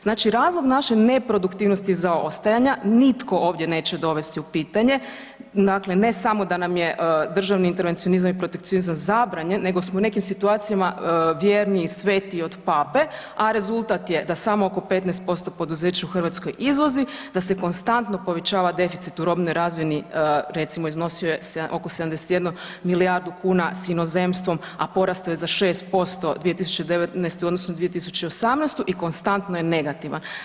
Znači razlog naše neproduktivnosti zaostajanja nitko ovdje neće dovesti u pitanje, dakle ne samo da nam je državni intervencionizam i protekcionizam zabranjen nego smo u nekim situacijama vjerniji i svetiji od pape a rezultat je da samo oko 15% poduzeća u Hrvatskoj izvozi, da se konstantno povećava deficit u robnoj razmjeni, recimo iznosio je oko 71 milijardu kuna s inozemstvom a porastao je sa 6% 2019. u odnosu na 2018. i konstantno je negativan.